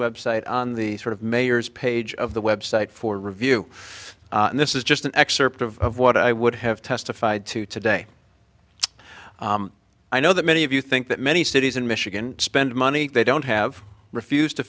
website on the sort of mayor's page of the website for review and this is just an excerpt of what i would have testified to today i know that many of you think that many cities in michigan spend money they don't have refused to